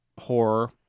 horror